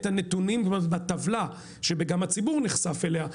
זאת אומרת בטבלה שגם הציבור נחשף אליה,